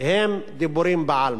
הם דיבורים בעלמא.